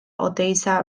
oteiza